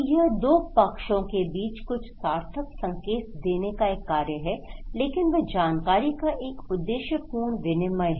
तो यह दो पक्षों के बीच कुछ सार्थक संकेत देने का एक कार्य है लेकिन वह जानकारी का एक उद्देश्यपूर्ण विनिमय हैं